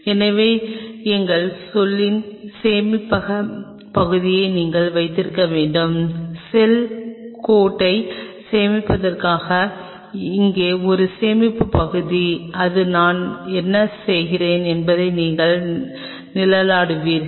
எனவே எங்கள் சொல்லின் சேமிப்பக பகுதியை நீங்கள் வைத்திருக்க வேண்டும் செல் கோட்டை சேமிப்பதற்காக இங்கே ஒரு சேமிப்பு பகுதி இது நான் என்ன செய்கிறேன் என்பதை நீங்கள் நிழலாடுவீர்கள்